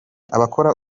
abakora